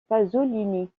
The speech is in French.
pasolini